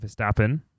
Verstappen